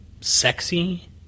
sexy